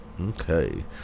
Okay